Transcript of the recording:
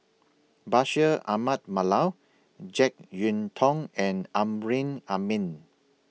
Bashir Ahmad Mallal Jek Yeun Thong and Amrin Amin